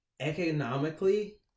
economically